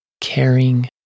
caring